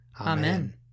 Amen